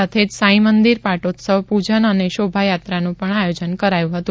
સાથે જ સાંઈ મંદિર પાટોત્સવ પૂજન અને શોભાયાત્રાનું પણ આયોજન કરાયું હતું